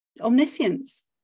omniscience